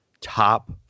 top